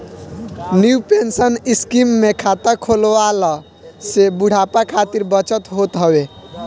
new pension scheme में खाता खोलला से बुढ़ापा खातिर बचत होत हवे